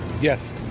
Yes